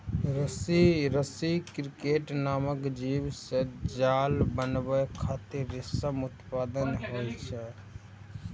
रसी क्रिकेट नामक जीव सं जाल बनाबै खातिर रेशम के उत्पादन होइ छै